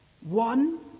One